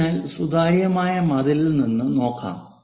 അതിനാൽ സുതാര്യമായ മതിലിൽ നിന്ന് നോക്കാം